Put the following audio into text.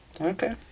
Okay